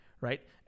right